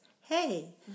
hey